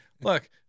Look